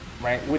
Right